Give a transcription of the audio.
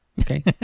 Okay